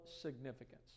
significance